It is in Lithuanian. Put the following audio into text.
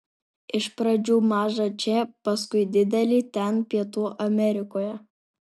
iš pradžių mažą čia paskui didelį ten pietų amerikoje